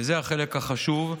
וזה החלק החשוב,